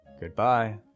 Goodbye